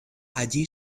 allí